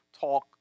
talk